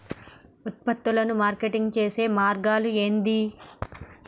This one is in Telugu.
ఉత్పత్తులను మార్కెటింగ్ చేసే మార్గాలు ఏంది?